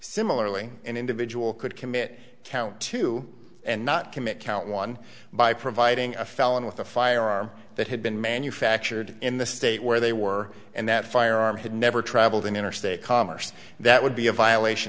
similarly an individual could commit count two and not commit count one by providing a felon with a firearm that had been manufactured in the state where they were and that firearm had never traveled in interstate commerce that would be a violation